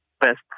best